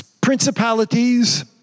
principalities